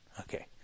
Okay